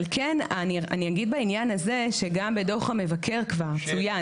אבל כן אני אגיד בעניין הזה שגם בדוח המבקר כבר צוין